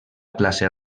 classe